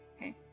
Okay